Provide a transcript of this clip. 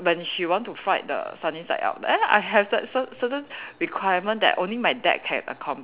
when she want to fry the sunny side up then I have cer~ cer~ certain requirement that only my dad can accom~